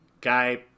Guy